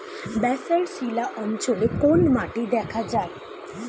Basalt শিলা অঞ্চলে কোন মাটি দেখা যায়?